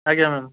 ଆଜ୍ଞା ମ୍ୟାମ୍